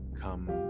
come